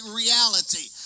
reality